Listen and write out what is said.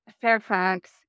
Fairfax